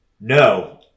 no